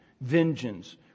vengeance